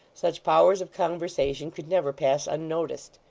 such powers of conversation, could never pass unnoticed.